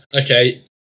Okay